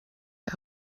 der